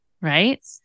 right